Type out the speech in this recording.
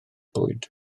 bwyd